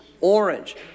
orange